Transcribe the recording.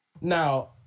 now